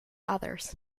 others